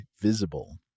Visible